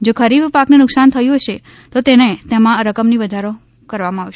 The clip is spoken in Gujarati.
જો ખરીફ પાકને નુક્સાન થયું હશે તો તેને તેમા રકમની વધારો કરવામાં આવશે